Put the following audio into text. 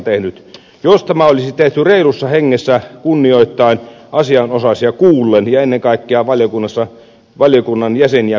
jos tämä olisi tehty reilussa hengessä asianosaisia kuullen ja ennen kaikkea valiokunnan jäseniä kunnioittaen